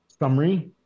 summary